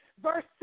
Verse